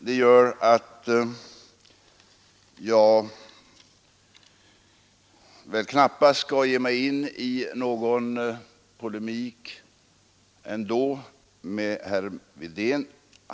Jag skall därför inte ge mig in i någon polemik med herr Wedén.